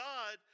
God